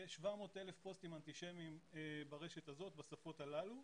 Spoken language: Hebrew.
כ-700,000 פוסטים אנטישמיים ברשת הזאת בשפות הללו.